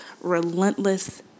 relentless